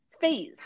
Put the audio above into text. phase